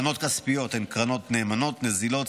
קרנות כספיות הן קרנות נאמנות נזילות,